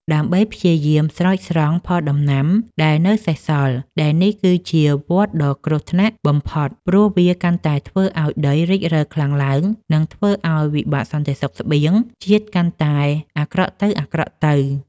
ដើម្បីព្យាយាមស្រោចស្រង់ផលដំណាំដែលនៅសេសសល់ ដែលនេះគឺជាវដ្តដ៏គ្រោះថ្នាក់បំផុត ព្រោះវាកាន់តែធ្វើឱ្យដីរិចរឹលខ្លាំងឡើង និងធ្វើឱ្យវិបត្តិសន្តិសុខស្បៀងជាតិកាន់តែអាក្រក់ទៅៗ។